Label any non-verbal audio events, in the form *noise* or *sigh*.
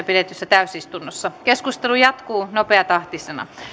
*unintelligible* pidetyssä täysistunnossa keskustelu jatkuu nopeatahtisena